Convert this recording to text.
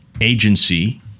agency